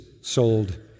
sold